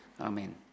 Amen